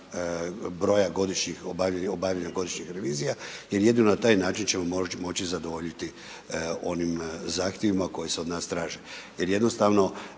obavljenih godišnjih revizija jer jedino na taj način ćemo moći zadovoljiti onih zahtjevima koji se od nas traže,